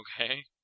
Okay